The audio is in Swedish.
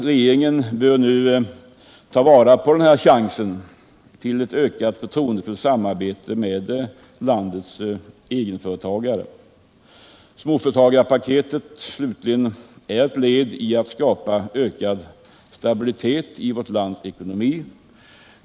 Regeringen bör nu ta vara på den här chansen till ökat förtroendefullt samarbete med landets egenföretagare. Småföretagarpaketet — låt mig säga det till slut — är ett led i försöken att skapa ökad stabilitet i vårt lands ekonomi.